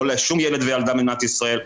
לא לשום ילד וילדה במדינת ישראל.